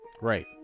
right